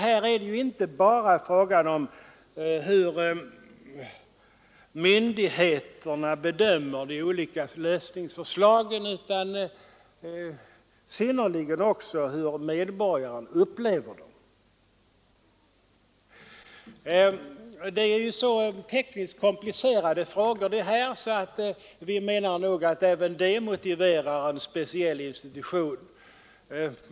Här är det inte bara fråga om hur myndigheterna bedömer de olika lösningsförslagen utan synnerligen också om hur medborgaren upplever dem. Det rör sig om så tekniskt komplicerade frågor att vi nog menar att även det motiverar en speciell institution.